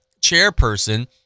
chairperson